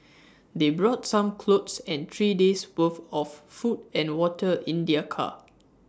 they brought some clothes and three days' worth of food and water in their car